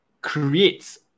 creates